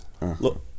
Look